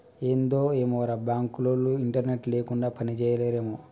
ఏందో ఏమోరా, బాంకులోల్లు ఇంటర్నెట్ లేకుండ పనిజేయలేరేమో